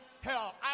hell